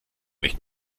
nicht